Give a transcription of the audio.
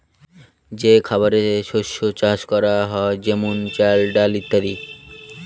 যে খাবারের শস্য চাষ করা হয় যেমন চাল, ডাল ইত্যাদি